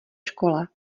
škole